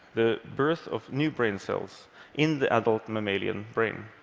the birth of new brain cells in the adult mammalian brain,